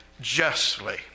justly